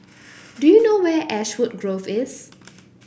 do you know where Ashwood Grove is